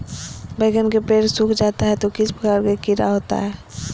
बैगन के पेड़ सूख जाता है तो किस प्रकार के कीड़ा होता है?